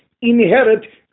inherit